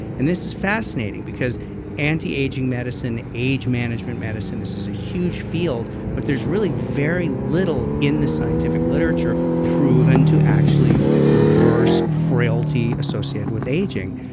and this is fascinating, because antiaging medicine, age management medicine, this is a huge field. but there's really very little in the scientific literature proven to actually reverse frailty associated with aging.